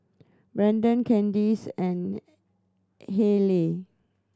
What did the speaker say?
Brennon Kandice and Hayleigh